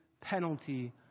penalty